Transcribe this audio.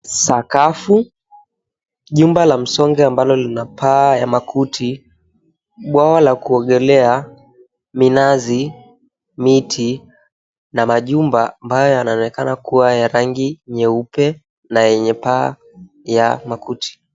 Sakafu, jumba la msongwe lililo kuwa na paa za makuti, bwawa la kuogelea, minazi, miti na majumba ambayo yanaonekana kuwa na rangi nyeupe na yenye paa ya makuti.